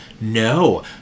No